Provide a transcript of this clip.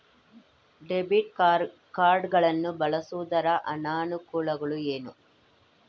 Debit card ಗಳನ್ನು ಬಳಸುವುದರ ಅನಾನುಕೂಲಗಳು ಏನು?